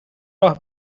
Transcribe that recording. راه